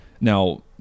Now